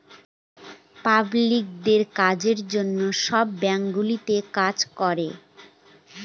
পাবলিকদের কাজের জন্য সব ব্যাঙ্কগুলো কাজ করে